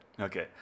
Okay